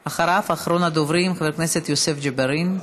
אחריו, אחרון הדוברים, חבר הכנסת יוסף ג'בארין.